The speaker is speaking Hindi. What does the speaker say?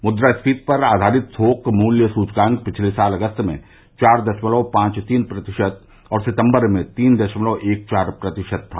मुद्रास्फीति पर आधारित थोक मूल्य सुचकांक पिछले साल अगस्त में चार दशमलव पांव तीन प्रतिशत और सितंबर में तीन दशमलव एक चार प्रतिशत था